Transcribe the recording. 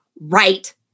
right